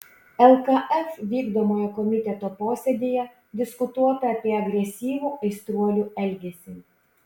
lkf vykdomojo komiteto posėdyje diskutuota apie agresyvų aistruolių elgesį